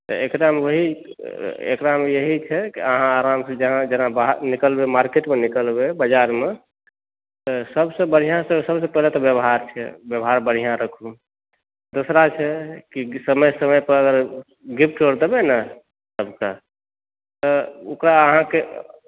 एकरामे ओहि छै कि जेना जेना निकलबै मार्केट मे निकलबै तऽ सबसँ पाहिले तऽ व्यवहार छै व्यवहार बढिऑं राखू दोसरा छै कि समय समय पर गिफ्टो देबै ने तऽ ओकरा अहाँकेँ